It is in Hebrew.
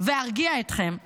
וארגיע אתכם במקומו.